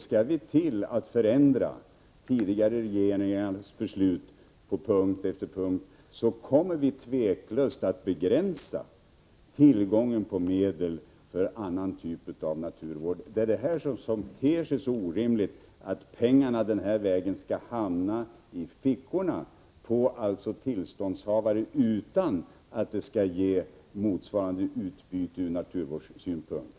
Skall vi förändra tidigare regeringars beslut på punkt efter punkt kommer vi otvivelaktigt att begränsa tillgången på medel för annan typ av naturvård. Det är detta som ter sig så orimligt: att pengarna den här vägen skall hamna i fickorna på tillståndshavare utan att ge motsvarande utbyte ur naturvårdssynpunkt.